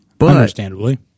Understandably